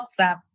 WhatsApp